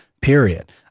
period